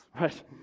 right